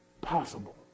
possible